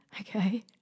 okay